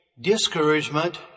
discouragement